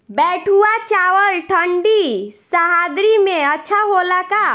बैठुआ चावल ठंडी सह्याद्री में अच्छा होला का?